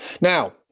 Now